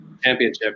championship